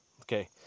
Okay